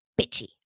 bitchy